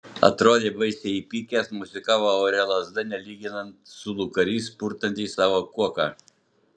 atrodė baisiai įpykęs mosikavo ore lazda nelyginant zulų karys purtantis savo kuoką